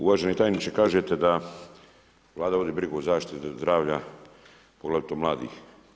Uvaženi tajniče, kažete da Vlada vodi brigu o zaštiti zdravlja poglavito mladih.